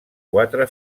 quatre